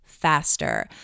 Faster